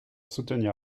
soutenir